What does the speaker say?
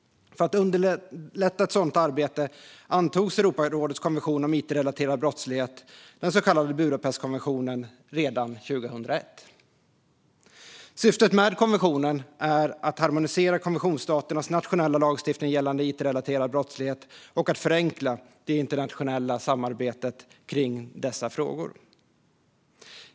För att underlätta ett sådant samarbete antogs Europarådets konvention om it-relaterad brottslighet, den så kallade Budapestkonventionen, redan 2001. Syftet med konventionen är att harmonisera konventionsstaternas nationella lagstiftning gällande it-relaterad brottslighet och att förenkla det internationella samarbetet kring dessa frågor.